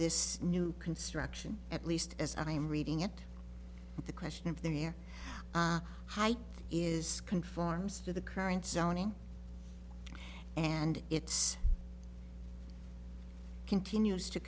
this new construction at least as i'm reading it the question of their height is conforms to the current zoning and it's continues to